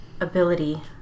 ability